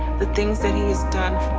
that things that he has done